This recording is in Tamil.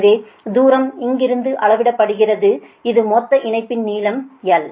எனவே தூரம் இங்கிருந்து அளவிடப்படுகிறது இது மொத்த இணைப்பின் நீளம் l